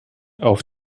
auf